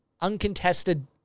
Uncontested